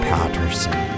Patterson